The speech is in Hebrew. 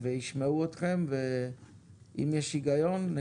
וישמעו אתכם ואם יש היגיון.